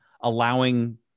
allowing